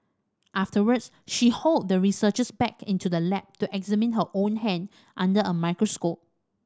afterwards she hauled the researchers back into the lab to examine her own hand under a microscope